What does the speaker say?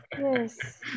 Yes